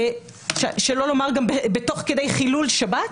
שלא לומר גם תוך כדי חילול שבת.